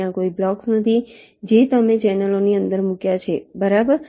ત્યાં કોઈ બ્લોક્સ નથી જે તમે ચેનલોની અંદર મૂક્યા છે બરાબર